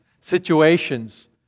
situations